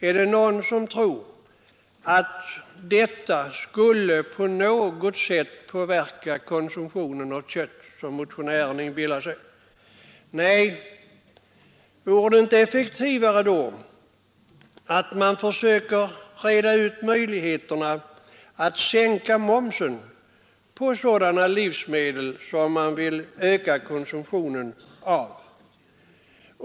Är det någon som tror att det på något sätt skulle påverka konsumtionen av kött, som motionärerna inbillar sig? Vore det inte effektivare att sänka momsen på sådana livsmedel som man vill öka konsumtionen av?